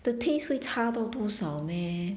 the taste 会差到多少 meh